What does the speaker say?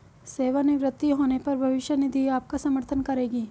सेवानिवृत्त होने पर भविष्य निधि आपका समर्थन करेगी